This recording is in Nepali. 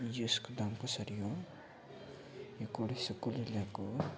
यसको दाम कसरी हो यो कोरेसो कसले ल्याएको हो